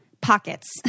pockets